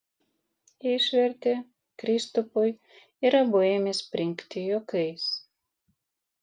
išvertė kristupui ir abu ėmė springti juokais